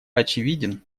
очевиден